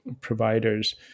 providers